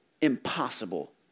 impossible